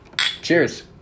cheers